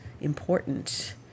important